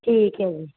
ਠੀਕ ਹੈ ਜੀ